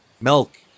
milk